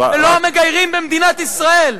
ולא מגיירים במדינת ישראל.